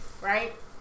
Right